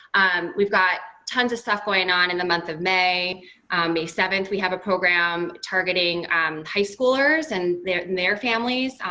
um we've got tons of stuff going on in the month of may. on may seventh, we have a program targeting high schoolers and their and their families.